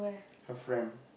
her friend